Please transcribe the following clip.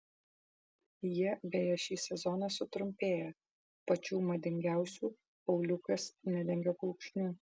jie beje šį sezoną sutrumpėja pačių madingiausių auliukas nedengia kulkšnių